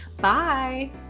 Bye